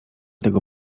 tego